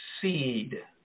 seed